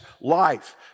life